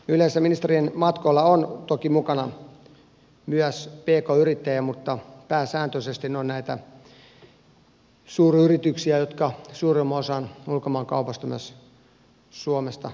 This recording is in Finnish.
yleensä ministerien matkoilla on toki mukana myös pk yrittäjiä mutta pääsääntöisesti ne ovat näitä suuryrityksiä jotka suurimman osan ulkomaankaupasta myös suomesta toteuttavat